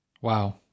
Wow